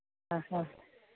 ആ ഹ